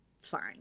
fine